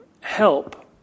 help